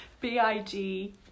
B-I-G